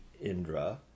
Indra